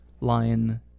Lion